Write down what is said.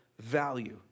value